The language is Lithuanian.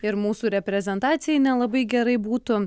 ir mūsų reprezentacijai nelabai gerai būtų